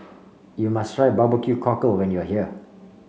you must try B B Q Cockle when you are here